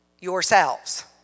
yourselves